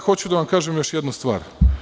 Hoću da vam kažem još jednu stvar.